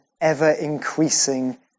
ever-increasing